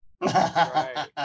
Right